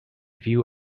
view